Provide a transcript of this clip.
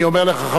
חבר הכנסת מיכאלי,